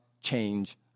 change